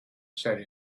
said